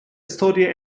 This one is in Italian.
storie